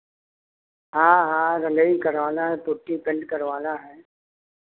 हाँ हाँ रंगाई करवाना है पुट्टी पेन्ट करवाना है